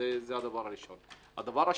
הדבר השני,